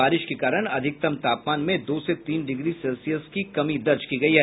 बारिश के कारण अधिकतम तापमान में दो से तीन डिग्री सेल्सियस की कमी आयी है